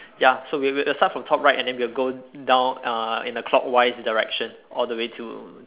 ya so we'll we'll start from top right and then we'll go down uh in a clockwise direction all the way to